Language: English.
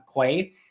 Quay